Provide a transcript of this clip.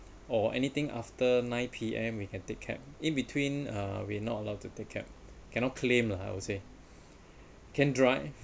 or anything after nine P_M we can take cab in between uh we're not allowed to take cab cannot claim lah I would say can drive